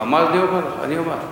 אני אומר.